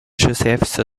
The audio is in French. joseph